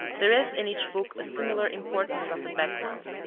there is in each book a similar importance of the background.